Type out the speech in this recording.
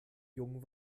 jung